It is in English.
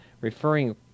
referring